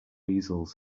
easels